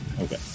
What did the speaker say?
Okay